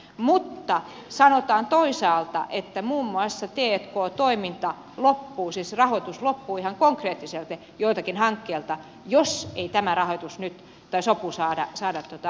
mutta sanotaan toisaalta että muun muassa t k toiminta loppuu siis rahoitus loppuu ihan konkreettisesti joltakin hankkijalta jos ei tätä sopua nyt saada aikaan